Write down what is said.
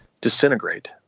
disintegrate